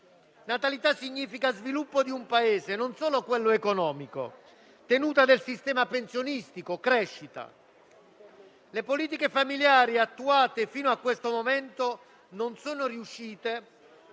Natalità significa sviluppo del Paese e non solo dal punto di vista economico, tenuta del sistema pensionistico e crescita. Le politiche familiari attuate fino a questo momento non sono riuscite,